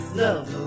love